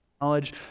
knowledge